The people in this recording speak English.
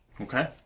Okay